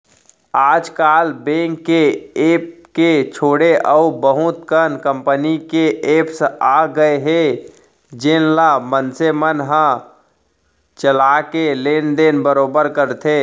आज काल बेंक के ऐप के छोड़े अउ बहुत कन कंपनी के एप्स आ गए हे जेन ल मनसे मन ह चला के लेन देन बरोबर करथे